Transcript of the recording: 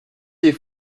des